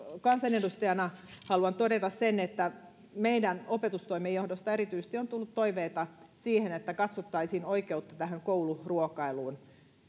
kansanedustajana haluan todeta sen että meidän opetustoimen taholta erityisesti on tullut toiveita siitä että katsottaisiin oikeutta kouluruokailuun